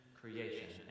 creation